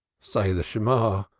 say the shemang!